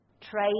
Trade